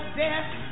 death